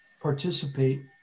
participate